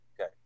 Okay